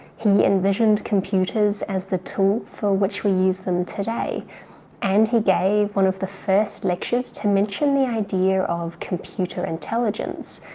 he envisioned computers as the tool for which we use them today and he gave one of the first lectures to mention the idea of computer intelligence,